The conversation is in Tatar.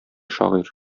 шагыйрь